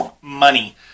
money